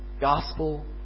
gospel